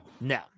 No